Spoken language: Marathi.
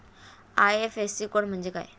आय.एफ.एस.सी कोड म्हणजे काय?